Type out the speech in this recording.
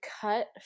cut